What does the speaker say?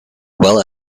well